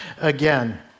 again